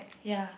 ya